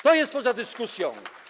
To jest poza dyskusją.